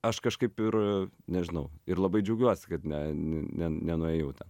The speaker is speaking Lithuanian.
aš kažkaip ir nežinau ir labai džiaugiuosi kad ne ne nenuėjau į tą